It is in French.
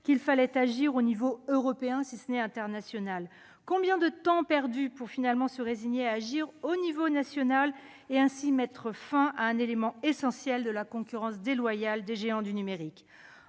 qu'il fallait agir à l'échelon européen, si ce n'est international ? Combien de temps perdu pour finalement se résigner à opérer au niveau national et ainsi mettre fin à un élément essentiel de la concurrence déloyale des géants du numérique ?